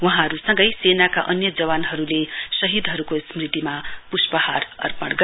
वहाँहरु संगै सेनाका अन्य जवानहरुले शहीदहरुको स्मृतिमा पुष्पहार अर्पण गरे